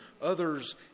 others